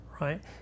right